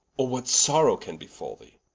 or what sorrow can befall thee,